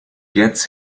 gets